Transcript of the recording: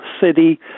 City